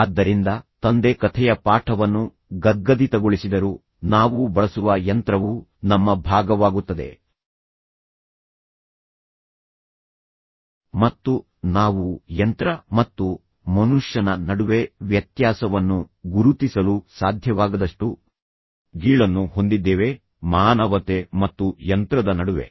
ಆದ್ದರಿಂದ ತಂದೆ ಕಥೆಯ ಪಾಠವನ್ನು ಗದ್ಗದಿತಗೊಳಿಸಿದರು ನಾವು ಬಳಸುವ ಯಂತ್ರವು ನಮ್ಮ ಭಾಗವಾಗುತ್ತದೆ ಮತ್ತು ನಾವು ಯಂತ್ರ ಮತ್ತು ಮನುಷ್ಯನ ನಡುವೆ ವ್ಯತ್ಯಾಸವನ್ನು ಗುರುತಿಸಲು ಸಾಧ್ಯವಾಗದಷ್ಟು ಗೀಳನ್ನು ಹೊಂದಿದ್ದೇವೆ ಮಾನವತೆ ಮತ್ತು ಯಂತ್ರದ ನಡುವೆ